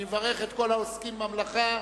אני מברך את כל העוסקים במלאכה,